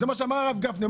זה מה שאמר הרב גפני,